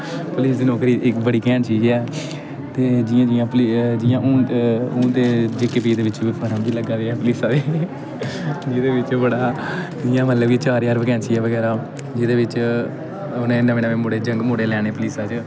police दी नौकरी इक बड़ी घैंट चीज ऐ ते जि'यां जि'यां पली जि'यां हून हून ते जे के पी दे बिच्च फार्म बी लग्गा दे ऐ पुलीसा दे जेह्दे बिच्च बड़ा इ'यां मतलब कि चार ज्हार बकैंसी ऐ बगैरा जेह्दे बिच्च उ'नें नमें नमें जंग मुड़े लैने पुलीसा च